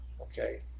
okay